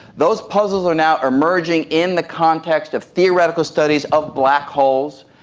those puzzles are now emerging in the context of theoretical studies of black holes.